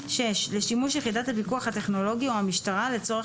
לשימוש יחידת הפיקוח הטכנולוגי או המשטרה לצורך